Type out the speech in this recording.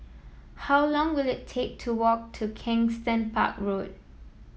how long will it take to walk to Kensington Park Road